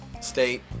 state